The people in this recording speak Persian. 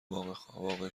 وافع